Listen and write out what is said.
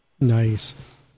Nice